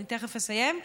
אני תכף אסיים,